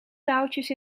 touwtjes